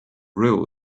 rule